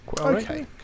okay